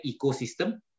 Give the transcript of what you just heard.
ecosystem